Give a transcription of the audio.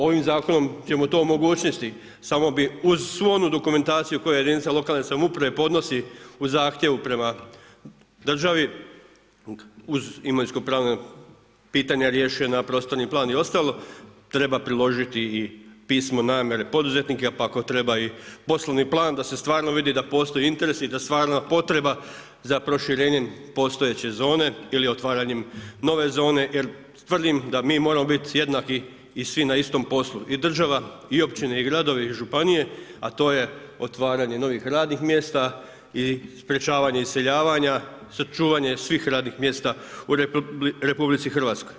Ovim zakonom ćemo to omogućiti, samo bi uz svu onu dokumentaciju koju jedinica lokalne samouprave podnosi u zahtjevu prema državi uz imovinsko-pravna pitanja riješena, prostorni plan i ostalo treba priložiti i pismo namjere poduzetnika pa ako treba i poslovni plan da se stvarno vidi da postoji interes i da stvarna potreba za proširenjem postojeće zone ili otvaranjem nove zone jer tvrdim da mi moramo biti jednaki i svi na istom poslu i država i općine i gradovi i županije, a to je otvaranje novih radnih mjesta i sprečavanje iseljavanja, sačuvanje svih radnih mjesta u RH.